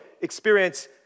experience